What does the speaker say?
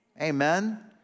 amen